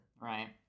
Right